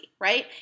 right